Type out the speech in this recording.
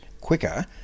quicker